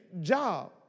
job